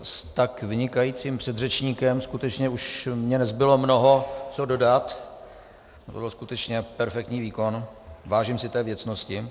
S tak vynikajícím předřečníkem skutečně už mně nezbylo mnoho co dodat, to byl skutečně perfektní výkon, vážím si té věcnosti.